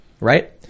Right